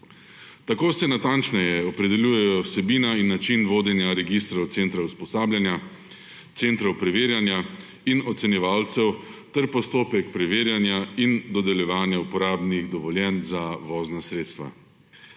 Tako se natančneje opredeljujejo vsebina in način vodenja registrov centrov usposabljanja, centrov preverjanja in ocenjevalcev ter postopek preverjanja in dodeljevanja uporabnih dovoljenj za vozna sredstva.